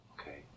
Okay